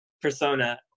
persona